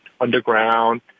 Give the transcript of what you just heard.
underground